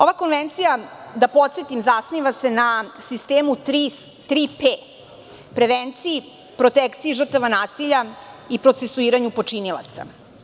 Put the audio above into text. Ova konvencija, podsetiću, zasniva se na sistemu 3P – prevenciji, protekciji žrtava nasilja i procesuiranju počinioca.